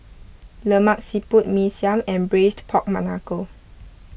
Lemak Siput Mee Siam and Braised Pork